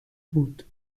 بود